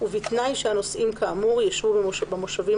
ובתנאי שהנוסעים כאמור ישבו במושבים